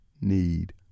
need